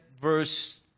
verse